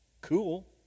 cool